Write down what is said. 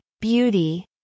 beauty